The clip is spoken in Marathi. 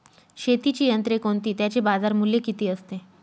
शेतीची यंत्रे कोणती? त्याचे बाजारमूल्य किती असते?